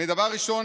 דבר ראשון,